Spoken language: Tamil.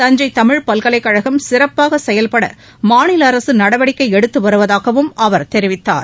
தஞ்சை தமிழ் பல்கலைக் கழகம் சிறப்பாக செயல்பட மாநில அரசு நடவடிக்கை எடுத்து வருவதாகவும் அவர் தெரிவித்தார்